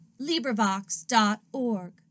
LibriVox.org